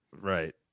right